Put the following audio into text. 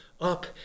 up